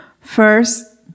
first